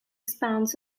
spans